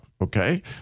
okay